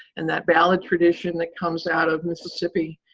and that ballad tradition that comes out of mississippi.